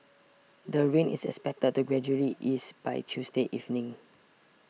the rain is expected to gradually ease by Tuesday evening